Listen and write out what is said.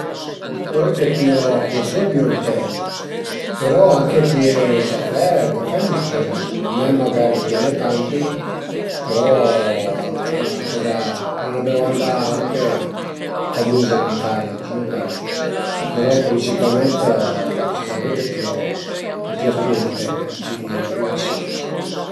La coza ch'a m'da pi fastidi sicürament al e ël rümur d'le muste, ël ticchettio d'la mutra, perché lu li al e propi 'na coza che dë nöit s'al e ün post ën po silensiuz al e ën po tant fastidius, i can no, i can i sentu nen, i gagnu ch'a piuru lugicament s'a piuru a piuru e bon, ma la coza pi fastidiuza al e la mustra